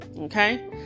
okay